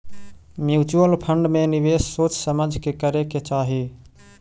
mutual fund में निवेश सोच समझ के करे के चाहि